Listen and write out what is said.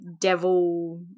devil